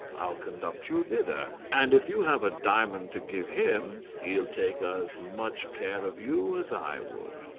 i'll conduct you thither, and if you have a diamond to give him he'll take as much care of you as i would.